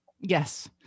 Yes